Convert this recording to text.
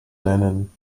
nennen